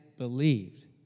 believed